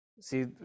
See